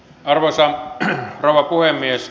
arvoisa rouva puhemies